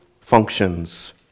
functions